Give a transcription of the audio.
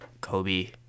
Kobe